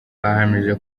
bahamije